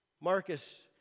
Marcus